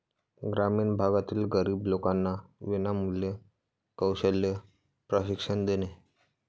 ग्रामीण भागातील गरीब लोकांना विनामूल्य कौशल्य प्रशिक्षण देणे